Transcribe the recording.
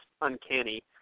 uncanny